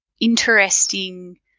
interesting